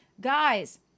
Guys